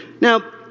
Now